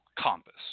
compass